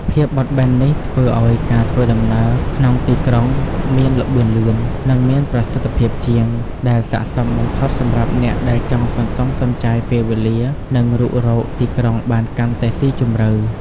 ភាពបត់បែននេះធ្វើឱ្យការធ្វើដំណើរក្នុងទីក្រុងមាន ល្បឿនលឿន និងមានប្រសិទ្ធភាពជាង ដែលស័ក្តិសមបំផុតសម្រាប់អ្នកដែលចង់សន្សំសំចៃពេលវេលា និងរុករកទីក្រុងបានកាន់តែស៊ីជម្រៅ។